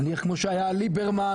נניח כמו שהיה ליברמן,